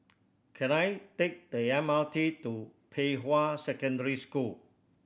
can I take the M R T to Pei Hwa Secondary School